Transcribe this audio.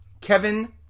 Kevin